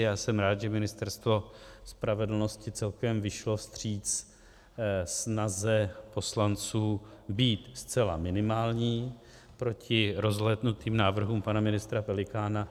Já jsem rád, že Ministerstvo spravedlnosti celkem vyšlo vstříc snaze poslanců být zcela minimální proti rozlétnutým návrhům pana ministra Pelikána.